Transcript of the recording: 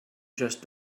just